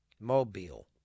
mobile